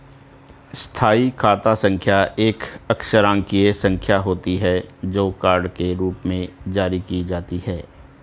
स्थायी खाता संख्या एक अक्षरांकीय संख्या होती है, जो कार्ड के रूप में जारी की जाती है